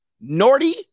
Norty